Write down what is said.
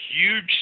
huge